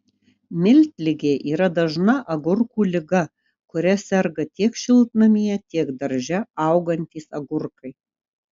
miltligė yra dažna agurkų liga kuria serga tiek šiltnamyje tiek darže augantys agurkai